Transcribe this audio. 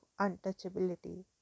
untouchability